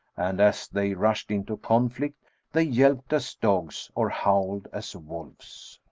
and as they rushed into conflict they yelped as dogs or howled as wolves.